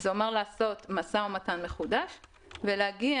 זה אומר לעשות משא ומתן מחודש ולהגיע